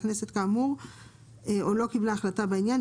הכנסת כאמור או לא קיבלה החלטה בעניין,